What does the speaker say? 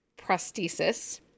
prosthesis